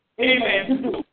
Amen